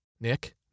Nick